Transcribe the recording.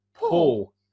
Pull